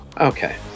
Okay